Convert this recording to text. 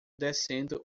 descendo